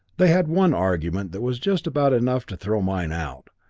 they had one argument that was just about enough to throw mine out,